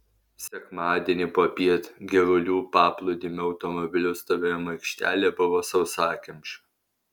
sekmadienį popiet girulių paplūdimio automobilių stovėjimo aikštelė buvo sausakimša